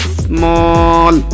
small